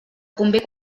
convé